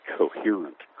coherent